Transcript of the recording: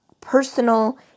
personal